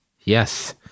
Yes